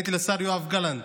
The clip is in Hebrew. גם לשר יואב גלנט,